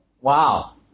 Wow